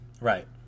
right